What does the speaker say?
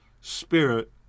spirit